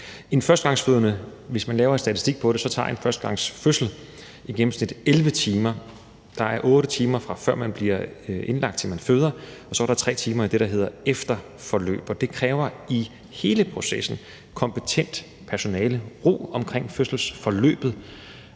er utilstrækkeligt. Hvis man laver en statistik på det, kan man se, at en førstegangsfødsel i gennemsnit tager 11 timer. Der går 8 timer, fra man bliver indlagt, til man føder, og så går der 3 timer med det, der hedder efterforløb. Det kræver i hele processen kompetent personale og ro omkring fødselsforløbet.